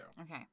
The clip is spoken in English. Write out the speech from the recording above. Okay